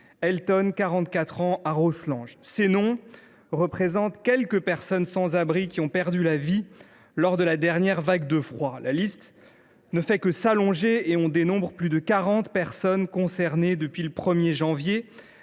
Elton, 44 ans, à Rosselange… Ces noms sont ceux de quelques personnes sans abri qui ont perdu la vie lors de la dernière vague de froid. La liste ne fait que s’allonger ; plus de 40 victimes sont dénombrées depuis le 1 janvier.